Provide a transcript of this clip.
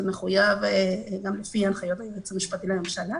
זה מחויב לפי הנחיות היועץ המשפטי לממשלה.